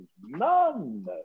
none